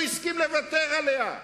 הוא הסכים לוותר עליה.